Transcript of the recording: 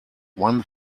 one